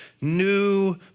new